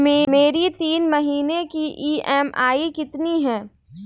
मेरी तीन महीने की ईएमआई कितनी है?